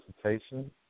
presentation